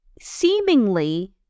seemingly